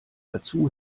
dazu